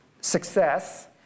success